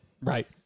Right